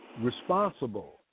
responsible